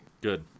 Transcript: Good